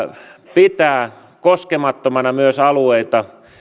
pitää alueita myös koskemattomina